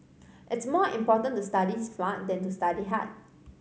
it is more important to study smart than to study hard